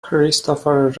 christopher